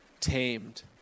Tamed